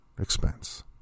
expense